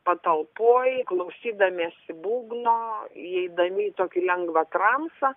patalpoj klausydamiesi būgno įeidami į tokį lengvą transą